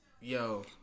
Yo